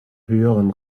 höheren